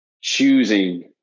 choosing